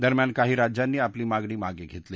दरम्यान काही राज्यांनी आपली मागणी मागे घेतली